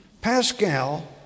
Pascal